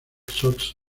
sox